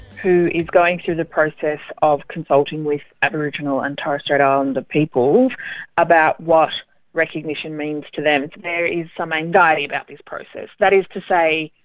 who is going through the process of consulting with aboriginal and torres strait um islander peoples about what recognition means to them. there is some anxiety about this process. that is to say,